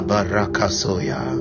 Barakasoya